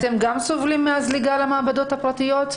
אתם גם סובלים מהזליגה למעבדות הפרטיות?